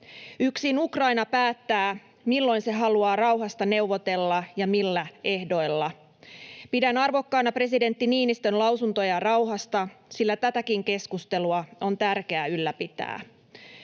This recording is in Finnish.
Yksin Ukraina päättää, milloin se haluaa rauhasta neuvotella ja millä ehdoilla. Pidän arvokkaana presidentti Niinistön lausuntoja rauhasta, sillä tätäkin keskustelua on tärkeää ylläpitää.